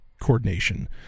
coordination